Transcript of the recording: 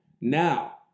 Now